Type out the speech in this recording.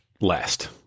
last